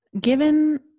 given